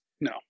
No